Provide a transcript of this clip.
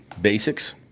basics